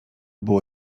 było